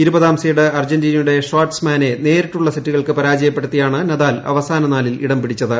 ഇരുപതാം സീഡ് അർജന്റീനയുടെ ഷാറ്റ്സ്മാനെ നേരിട്ടുള്ള സെറ്റുകൾക്ക് പരാജയപ്പെടുത്തിയാണ് നദാൽ അവസാന നാലിൽ ഇടം പിടിച്ചത്